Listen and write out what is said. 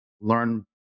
learn